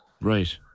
Right